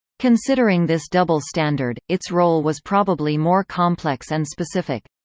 considering this double standard, its role was probably more complex and specific.